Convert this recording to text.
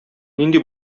нинди